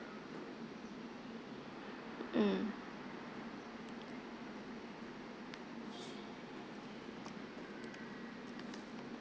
mm